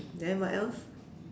then what else